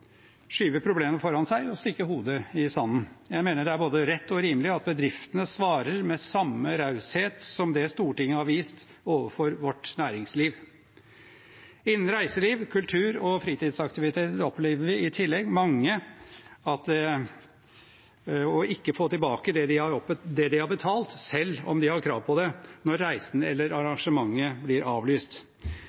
skyve problemet foran seg og stikke hodet i sanden. Jeg mener det er både rett og rimelig at bedriftene svarer med samme raushet som det Stortinget har vist overfor vårt næringsliv. Innen reiseliv, kultur og fritidsaktiviteter opplever i tillegg mange ikke å få tilbake det de har betalt, selv om de har krav på det, når reisen eller arrangementet blir avlyst.